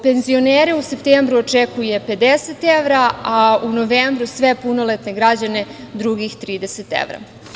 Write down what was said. Penzionere u septembru očekuje 50 evra, a u novembru sve punoletne građane drugih 30 evra.